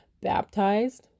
baptized